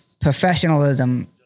professionalism